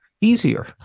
easier